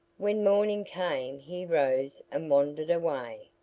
when morning came he rose and wandered away,